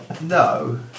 No